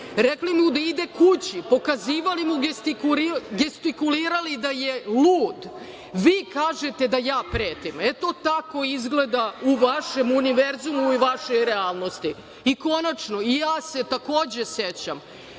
rekli mu da ide kući. Gestikulirali ste mu da je lud. Vi kažete da ja pretim? Eto tako izgleda u vašem univerzumu i vašoj realnosti.I, konačno, ja se takođe sećam